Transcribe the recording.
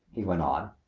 he went on,